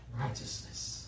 righteousness